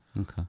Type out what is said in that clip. Okay